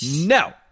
no